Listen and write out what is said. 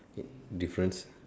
difference